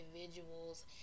individuals